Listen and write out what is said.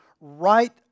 right